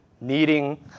needing